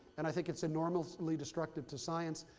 and i think it's enormously destructive to science,